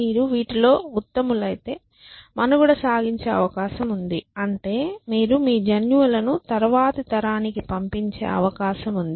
మీరు వీటిలో ఉత్తములైతే మనుగడ సాగించే అవకాశం ఉంది అంటే మీరు మీ జన్యువులను తరువాతి తరానికి పంపించే అవకాశం ఉంది